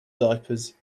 diapers